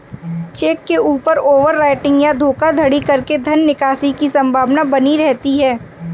check के ऊपर overwriting या धोखाधड़ी करके धन निकासी की संभावना बनी रहती है